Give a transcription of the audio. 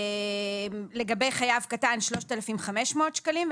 לגבי חייב קטן 3,500 שקלים.